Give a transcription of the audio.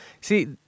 See